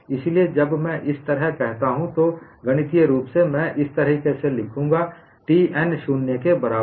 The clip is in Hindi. इसलिए जब मैं इस तरह कहता हूं तो गणितीय रूप से मैं इसे इस तरह से लिखूंगा T n शून्य के बराबर